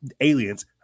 aliens